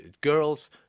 girls